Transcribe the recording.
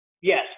Yes